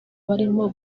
barimo